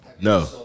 No